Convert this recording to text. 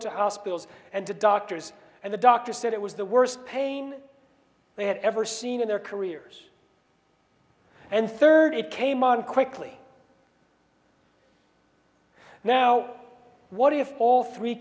to hospitals and to doctors and the doctor said it was the worst pain they had ever seen in their careers and third it came on quickly now what if all three